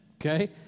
Okay